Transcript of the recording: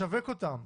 לשווק אותן.